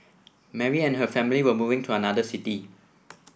Mary and her family were moving to another city